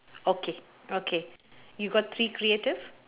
okay okay you got three creative